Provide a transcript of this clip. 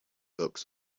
books